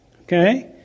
Okay